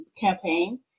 Campaign